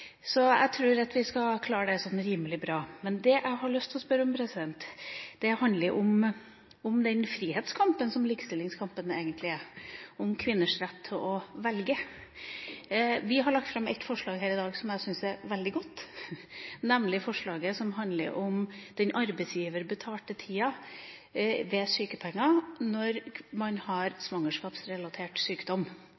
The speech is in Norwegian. Så jeg tror at vi skal klare det rimelig bra. Men det jeg har lyst til å spørre om, handler om den frihetskampen som likestillingskampen egentlig er, om kvinners rett til å velge. Vi har lagt fram ett forslag her i dag som jeg syns er veldig godt, nemlig det som handler om den arbeidsgiverbetalte tida ved sykefravær når man har